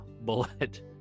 bullet